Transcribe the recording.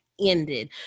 ended